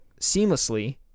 seamlessly